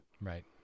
Right